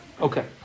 Okay